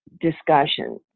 discussion